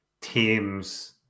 teams